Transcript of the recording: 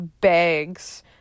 bags